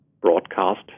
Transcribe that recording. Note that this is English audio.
broadcast